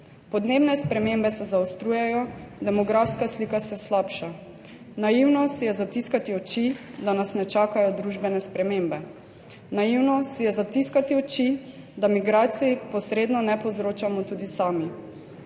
Podnebne spremembe se zaostrujejo, demografska slika se slabša. Naivno si je zatiskati oči, da nas ne čakajo družbene spremembe, naivno si je zatiskati oči, da migracij posredno ne povzročamo tudi sami.